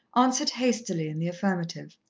answered hastily in the affirmative.